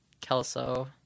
Kelso